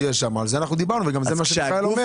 על זה דיברנו, וזה גם מה שמיכאל אומר